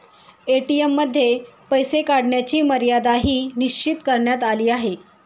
ATM मध्ये पैसे काढण्याची मर्यादाही निश्चित करण्यात आली आहे